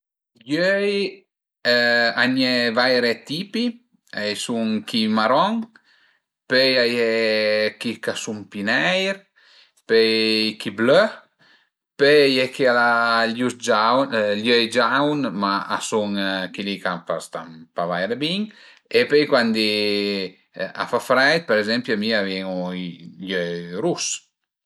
I öi a i ën e d'vaire tipi, a i sun chi maron, pöi a ie chi ch'a sun pi neir, pöi chi blö, pöi a ie chi al a i öi giaun, ma a sun chili ch'a stan pa vaire bin e pöi cuandi a fa freit, për ezempi a mi a m'venu i öi rus